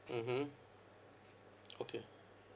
mmhmm okay